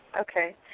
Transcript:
okay